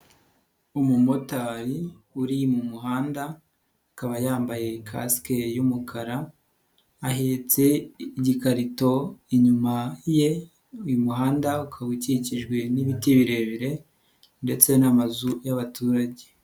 Umumotari uri mu muhanda akaba yambaye kasike y'umukara, ahetse igikarito, inyuma ye uyu muhanda ukaba ukikijwe n'ibiti birebire ndetse n'amazu y'abaturage.